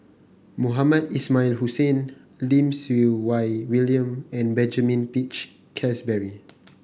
Mohamed Ismail Hussain Lim Siew Wai William and Benjamin Peach Keasberry